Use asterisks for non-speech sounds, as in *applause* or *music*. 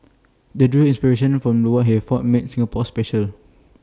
they drew inspiration from *unintelligible* he for made Singapore special